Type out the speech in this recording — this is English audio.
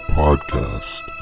podcast